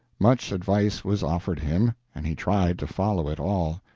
much advice was offered him, and he tried to follow it all.